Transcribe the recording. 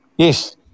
Yes